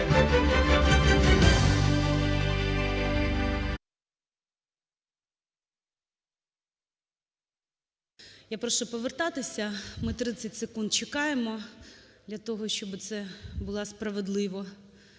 Я прошу повертатися, ми 30 секунд чекаємо для того, щоби це було справедливо